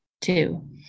Two